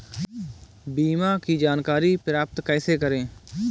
बीमा की जानकारी प्राप्त कैसे करें?